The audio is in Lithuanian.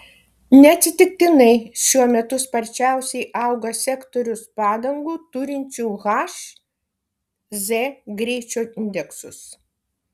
neatsitiktinai šiuo metu sparčiausiai auga sektorius padangų turinčių h z greičio indeksus